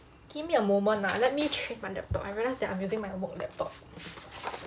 give me a moment ah let me change my laptop I realise I'm using my work laptop